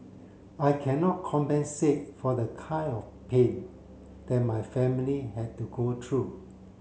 I cannot compensate for the kind of pain that my family had to go through